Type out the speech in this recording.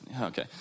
okay